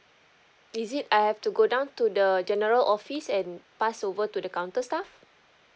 is it I have to go down to the general office and pass over to the counter staff